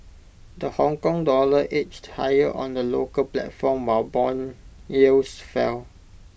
the Hongkong dollar edged higher on the local platform while Bond yields fell